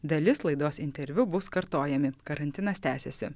dalis laidos interviu bus kartojami karantinas tęsiasi